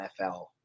NFL